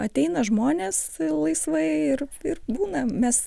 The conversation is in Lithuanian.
ateina žmonės laisvai ir ir būna mes